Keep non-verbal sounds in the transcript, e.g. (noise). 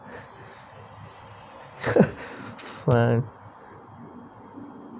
(laughs)